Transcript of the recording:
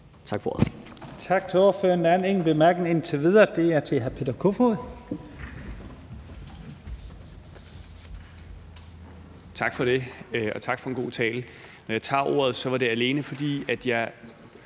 Tak for ordet.